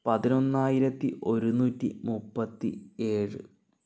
പതിനൊന്നായിരത്തി ഒരുന്നൂറ്റി മുപ്പത്തി ഏഴ്